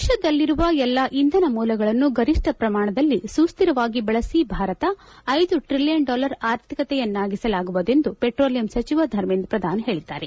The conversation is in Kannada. ದೇಶದಲ್ಲಿರುವ ಎಲ್ಲ ಇಂಧನ ಮೂಲಗಳನ್ನು ಗರಿಷ್ಠ ಪ್ರಮಾಣದಲ್ಲಿ ಸುಶ್ಧಿರವಾಗಿ ಬಳಸಿ ಭಾರತ ಐದು ಟ್ರಿಲಿಯನ್ ಡಾಲರ್ ಆರ್ಥಿಕತೆಯನ್ನಾಗಿಸಲಾಗುವುದು ಎಂದು ಪೆಟ್ರೋಲಿಯಂ ಸಚಿವ ಧರ್ಮೇಂದ್ರ ಪ್ರಧಾನ್ ಹೇಳಿದ್ದಾರೆ